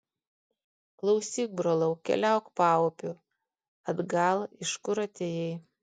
klausyk brolau keliauk paupiu atgal iš kur atėjai